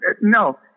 no